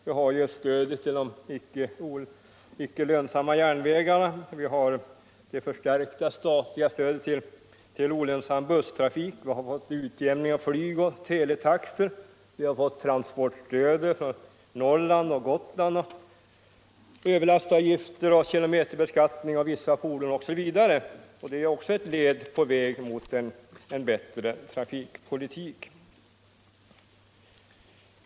Vi har exempelvis stödet till de icke lönsamma järnvägarna, det förstärkta statliga stödet till olönsam busstrafik, utjämning av flyg och teletaxor, transportstöd för Norrland och Gotland, överlastavgifter och kilometerbeskattning av vissa fordon, osv. Sådana saker är också steg på vägen mot en bättre trafikpolitik.